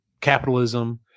capitalism